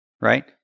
Right